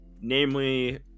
Namely